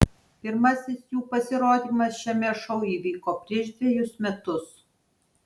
pirmasis jų pasirodymas šiame šou įvyko prieš dvejus metus